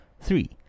Three